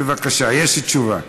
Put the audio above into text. בבקשה, יש תשובה.